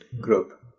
group